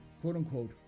quote-unquote